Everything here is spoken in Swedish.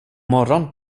morgon